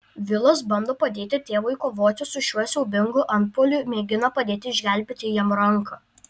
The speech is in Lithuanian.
vilas bando padėti tėvui kovoti su šiuo siaubingu antpuoliu mėgina padėti išgelbėti jam ranką